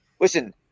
Listen